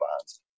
bonds